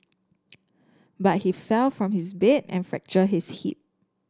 but he fell from his bed and fractured his hip